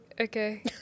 Okay